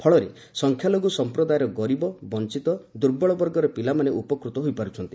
ଫଳରେ ସଂଖ୍ୟାଲଘୁ ସମ୍ପ୍ରଦାୟର ଗରିବ ବଞ୍ଚିତ ଦୁର୍ବଳ ବର୍ଗର ପିଲାମାନେ ଉପକୃତ ହୋଇପାରୁଛନ୍ତି